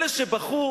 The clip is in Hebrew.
אלה שבכו